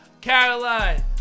Caroline